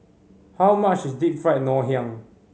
how much is Deep Fried Ngoh Hiang